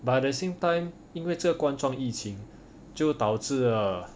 but at the same time 因为这光宗疫情就导致了